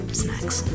snacks